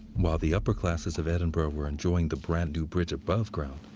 while the upper classes of edinburgh were enjoying the brand-new bridge above ground,